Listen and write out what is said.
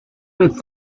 with